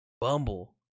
Bumble